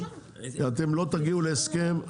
אתם לא תגיעו להסכם?